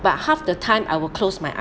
but half the time I will close my